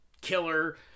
killer